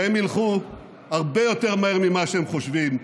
והם ילכו הרבה יותר מהר ממה שהם חושבים,